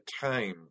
time